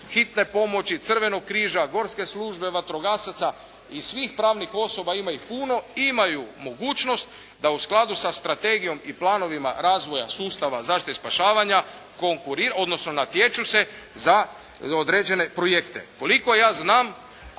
hitne pomoći, Crvenog križa, gorske službe vatrogasaca i svih pravnih osoba ima ih puno, imaju mogućnost da u skladu sa strategijom i planovima razvoja sustava zaštite i spašavanja konkurira, odnosno natječu se za određene projekte.